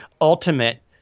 ultimate